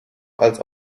als